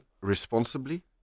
responsibly